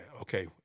Okay